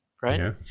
Right